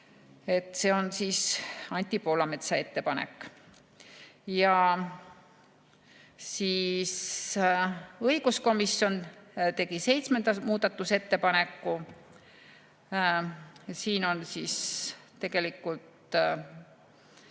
See on siis Anti Poolametsa ettepanek. Õiguskomisjon tegi seitsmenda muudatusettepaneku. Siin on tegelikult